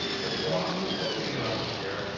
couldn't walk, had trouble getting out of a chair,